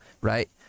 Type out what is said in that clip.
right